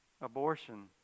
Abortion